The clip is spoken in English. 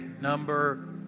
Number